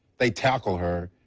they tackle her,